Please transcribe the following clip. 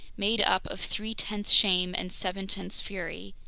made up of three-tenths shame and seven-tenths fury.